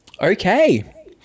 Okay